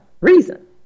reason